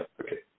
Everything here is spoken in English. okay